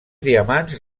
diamants